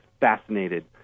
fascinated